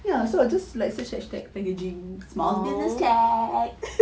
ya so I just like search hashtag packaging tag